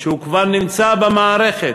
כשהוא כבר נמצא במערכת